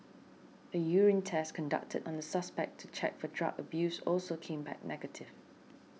a urine test conducted on the suspect to check for drug abuse also came back negative